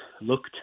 looked